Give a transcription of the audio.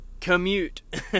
commute